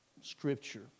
Scripture